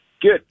Good